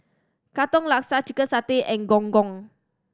Katong Laksa chicken satay and Gong Gong